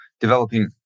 developing